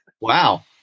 Wow